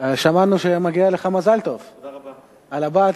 שמענו שמגיע לך מזל טוב על הבת.